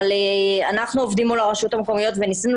אבל אנחנו עובדים מול הרשויות המקומיות וניסינו